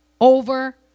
over